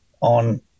on